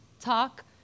talk